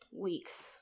weeks